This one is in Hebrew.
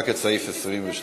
אם כן,